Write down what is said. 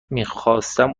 میخواستم